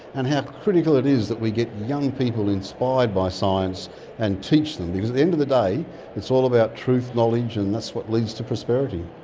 and how critical it is that we get young people inspired by science and teach them, because at the end of the day it's all about truth, knowledge, and that's what leads to prosperity.